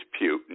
Putin